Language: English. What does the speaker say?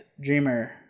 Dreamer